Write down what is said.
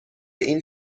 این